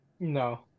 No